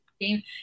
game